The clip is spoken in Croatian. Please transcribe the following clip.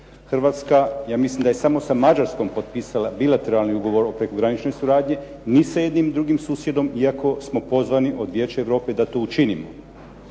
Hrvatska, ja mislim da je samo sa Mađarskom potpisala bilateralni ugovor o prekograničnoj suradnji, ni sa jednim drugim susjedom iako smo pozvani od Vijeća Europe da to učinimo